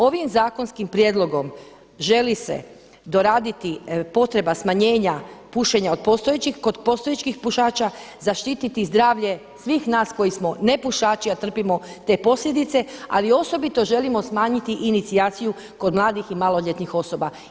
Ovim zakonskim prijedlogom želi se doraditi potreba smanjenja pušenja od postojećih, kod postojećih pušača, zaštiti zdravlje svih nas koji smo nepušači a trpimo te posljedice ali osobito želimo smanjiti inicijaciju kod mladih i maloljetnih osoba.